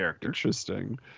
interesting